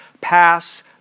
pass